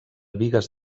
bigues